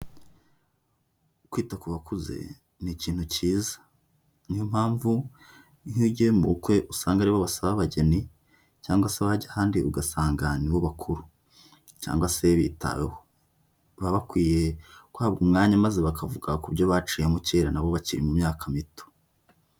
Kwita ku bakuze ni ikintu kiza, niyo mpamvu nk'iyo ugiye mu bukwe usanga aribo basaba abageni cyangwa se wajya ahandi ugasanga nibo bakuru cyangwa se bitaweho, baba bakwiye guhabwa umwanya maze bakavuga ku buryo baciyemo kera na bo bakiri mu myaka mito.